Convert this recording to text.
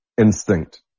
instinct